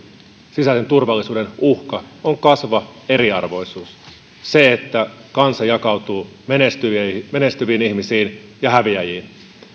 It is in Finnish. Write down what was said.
sisäisen turvallisuuden uhka on kasvava eriarvoisuus se että kansa jakautuu menestyviin menestyviin ihmisiin ja häviäjiin